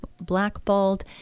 blackballed